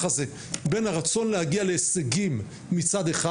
הזה בין הרצון להגיע להישגים מצד אחד,